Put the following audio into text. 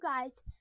guys